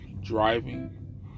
driving